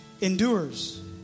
endures